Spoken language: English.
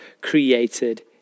created